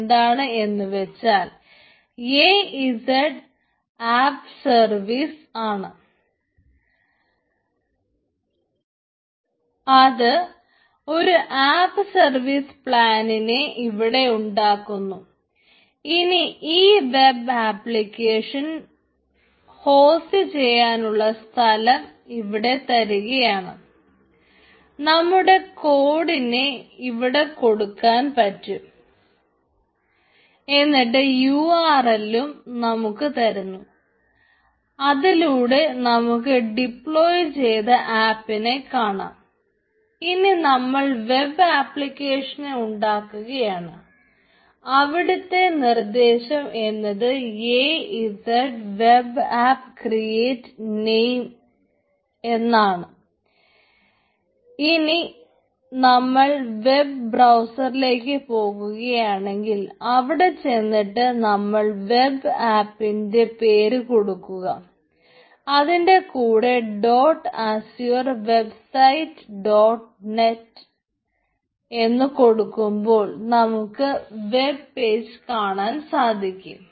എന്ന് കൊടുക്കുമ്പോൾ നമുക്ക് വെബ് പേജ് കാണാൻ സാധിക്കും